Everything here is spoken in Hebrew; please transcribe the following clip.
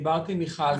דיברתי עם מיכל,